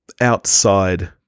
outside